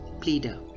Pleader